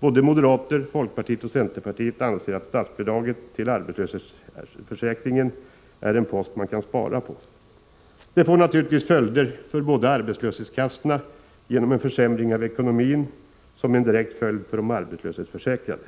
Såväl moderaterna och folkpartiet som centerpartiet anser att statsbidraget till arbetslöshetsförsäkringen är en post som man kan spara på. Detta får naturligtvis följder för arbetslöshetskassorna, genom en försämring av ekonomin som en direkt följd för de arbetslöshetsförsäkrade.